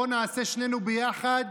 בוא נעשה שנינו ביחד,